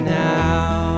now